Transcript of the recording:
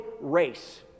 race